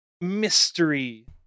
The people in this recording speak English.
mystery